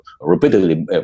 repeatedly